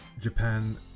Japan